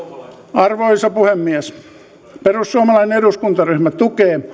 arvoisa puhemies perussuomalainen eduskuntaryhmä tukee